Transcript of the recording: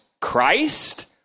Christ